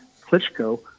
klitschko